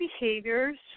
behaviors